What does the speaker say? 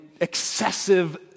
excessive